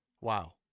wow